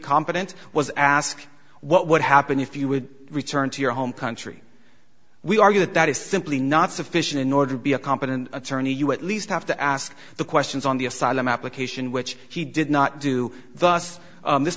competent was ask what would happen if you would return to your home country we argue that that is simply not sufficient in order to be a competent attorney you at least have to ask the questions on the asylum application which he did not do thus this